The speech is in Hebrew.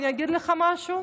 אני אגיד לך משהו.